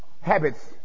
habits